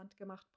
Handgemacht